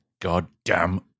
goddamn